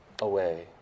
away